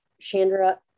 Chandra